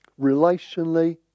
relationally